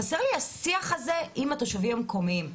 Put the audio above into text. חסר לי השיח הזה עם התושבים המקומיים,